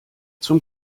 zum